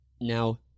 Now